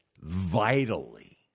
vitally